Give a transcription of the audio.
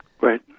Right